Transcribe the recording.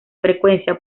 frecuencia